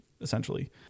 essentially